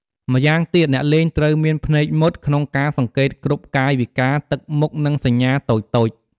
ម្យ៉ាងទៀត អ្នកលេងត្រូវមាន ភ្នែកមុត ក្នុងការសង្កេតគ្រប់កាយវិការ ទឹកមុខ និងសញ្ញាតូចៗ។